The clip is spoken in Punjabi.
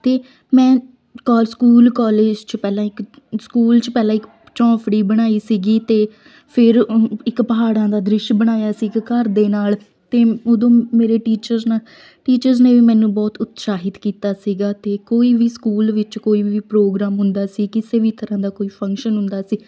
ਅਤੇ ਮੈਂ ਕੋਲ ਸਕੂਲ ਕੋਲਿਜ 'ਚ ਪਹਿਲਾਂ ਇੱਕ ਸਕੂਲ 'ਚ ਪਹਿਲਾਂ ਇੱਕ ਚੌਂਪੜੀ ਬਣਾਈ ਸੀਗੀ ਅਤੇ ਫਿਰ ਅਹ ਇੱਕ ਪਹਾੜਾਂ ਦਾ ਦ੍ਰਿਸ਼ ਬਣਾਇਆ ਸੀ ਇੱਕ ਘਰ ਦੇ ਨਾਲ ਅਤੇ ਉਦੋਂ ਮ ਮੇਰੇ ਟੀਚਰਸ ਨਾ ਟੀਚਰਸ ਨੇ ਵੀ ਮੈਨੂੰ ਬਹੁਤ ਉਤਸ਼ਾਹਿਤ ਕੀਤਾ ਸੀਗਾ ਅਤੇ ਕੋਈ ਵੀ ਸਕੂਲ ਵਿੱਚ ਕੋਈ ਵੀ ਪ੍ਰੋਗਰਾਮ ਹੁੰਦਾ ਸੀ ਕਿਸੇ ਵੀ ਤਰ੍ਹਾਂ ਦਾ ਕੋਈ ਫੰਕਸ਼ਨ ਹੁੰਦਾ ਸੀ